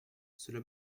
cela